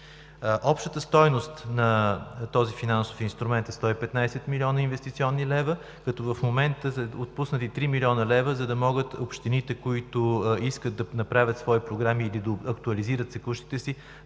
Общата стойност на този финансов инструмент е 115 милиона инвестиционни лева, като в момента са отпуснати 3 млн. лв., за да могат общините, които искат да направят свои програми или актуализират текущите си,